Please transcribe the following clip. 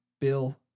Bill